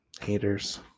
haters